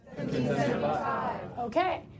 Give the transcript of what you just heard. Okay